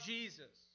Jesus